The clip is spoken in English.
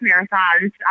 marathons